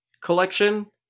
collection